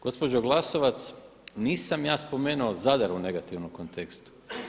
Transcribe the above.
Gospođo Glasovac, nisam ja spomenuo Zadar u negativnom kontekstu.